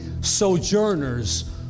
sojourners